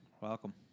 Welcome